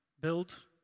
build